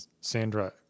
Sandra